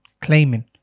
claiming